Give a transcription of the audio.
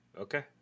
okay